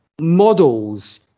models